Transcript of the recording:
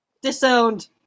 Disowned